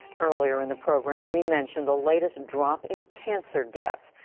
earlier in the program, we mentioned the latest drop in cancer deaths.